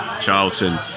Charlton